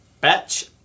Batch